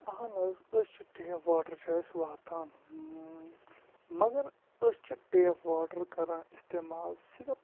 اہن حظ أسۍ چھِ ٹیپ واٹر چھِ اَسہِ واتان مگر أسۍ چھِ ٹیپ واٹر کَران استعمال صرف